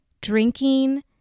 drinking